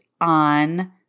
on